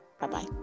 bye-bye